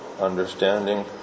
understanding